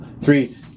three